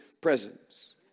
presence